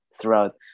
throughout